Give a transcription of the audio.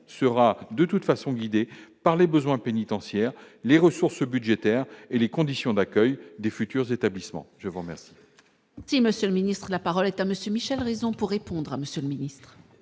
sera de toute façon, guidée par les besoins pénitentiaire les ressources budgétaires et les conditions d'accueil des futurs établissements je vous remercie.